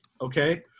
okay